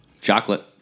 Chocolate